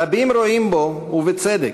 רבים רואים בו, ובצדק,